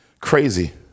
crazy